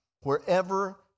wherever